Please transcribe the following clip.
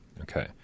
Okay